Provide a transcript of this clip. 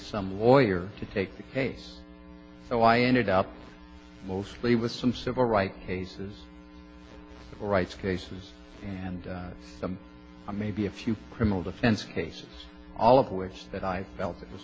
some lawyer to take the case so i ended up mostly with some civil rights cases rights cases and some maybe a few criminal defense cases all of which that i felt it was